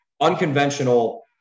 unconventional